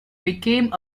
became